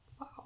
Wow